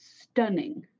stunning